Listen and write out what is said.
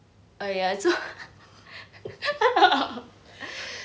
oh ya so